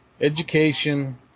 education